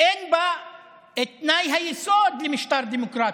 אין בה תנאי היסוד למשטר דמוקרטי,